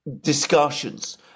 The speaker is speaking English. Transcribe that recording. discussions